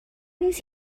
نیست